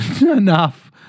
enough